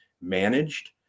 managed